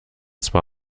zwar